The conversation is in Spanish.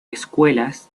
escuelas